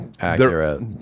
accurate